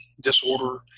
disorder